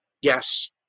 Yes